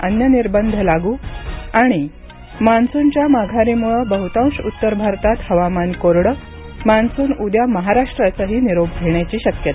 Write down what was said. अन्य निर्बंध लागू आणि मान्सूनच्या माघारीमुळे बहुतांश उत्तर भारतात हवामान कोरडं मान्सून उद्या महाराष्ट्राचाही निरोप घेण्याची शक्यता